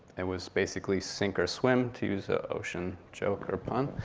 it was basically sink or swim, to use a ocean joke or pun.